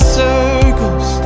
circles